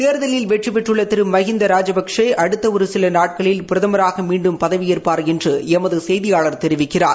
தேர்தலில் வெற்றி பெற்றுள்ள திரு மகிந்தா ராஜபக்ஷே அடுத்த ஒரு சில நாட்களில் பிரதமராக மீண்டும் பதவியேற்பார் என்று எமது செய்தியாளர் தெரிவிக்கிறார்